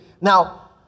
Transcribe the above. Now